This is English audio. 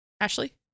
Ashley